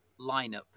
lineup